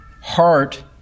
heart